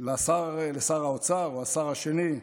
לשר האוצר, או השר השני,